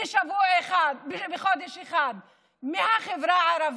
בחודש אחד מהחברה הערבית,